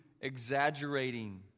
Exaggerating